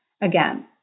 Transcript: Again